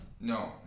No